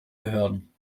behörden